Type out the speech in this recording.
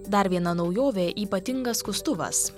dar viena naujovė ypatingas skustuvas